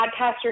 podcaster